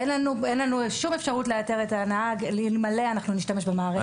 אין לנו שום אפשרות לאתר את הנהג אלמלא נשתמש במערכת הזאת.